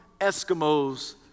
Eskimos